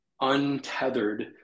untethered